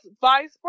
vice